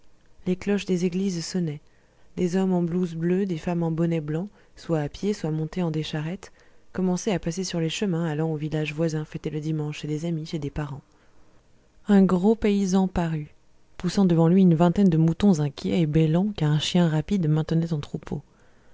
les cloches des églises sonnaient des hommes en blouse bleue des femmes en bonnet blanc soit à pied soit montés en des charrettes commençaient à passer sur les chemins allant aux villages voisins fêter le dimanche chez des amis chez des parents un gros paysan parut poussant devant lui une vingtaine de moutons inquiets et bêlants qu'un chien rapide maintenait en troupeau